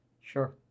Sure